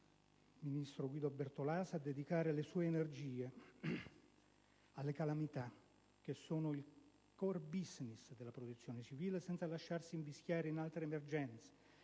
sottosegretario Guido Bertolaso, a dedicare le sue energie alle calamità, che sono il *core business* della Protezione civile, senza lasciarsi invischiare in altre emergenze,